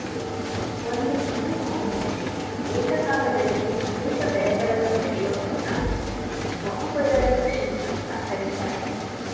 ಒಂದು ತುಂಡು ಭೂಮಿಯಲಿ ಏಕಕಾಲದಲ್ಲಿ ಅನೇಕ ಬೆಳೆಗಳನ್ನು ಬೆಳಿಯೋದ್ದನ್ನ ಬಹು ಪದರ ಕೃಷಿ ಅಂತ ಕರೀತಾರೆ